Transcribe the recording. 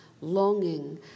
longing